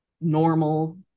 normal